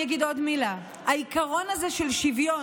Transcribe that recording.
אני אגיד עוד מילה: העיקרון הזה של שוויון,